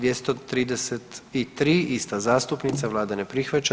233. ista zastupnica, Vlada ne prihvaća.